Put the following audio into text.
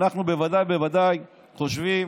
ואנחנו בוודאי ובוודאי חושבים